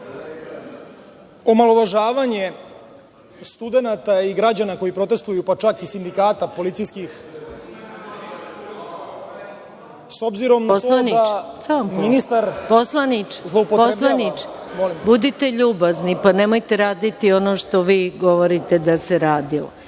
omalovažavanje studenata i građana koji protestuju, pa čak i sindikata policijskih, s obzirom na to da ministar zloupotrebljava… **Maja Gojković** Poslaniče, budite ljubazni, pa nemojte raditi ono što vi govorite da se radilo. Član